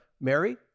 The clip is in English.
Mary